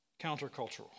countercultural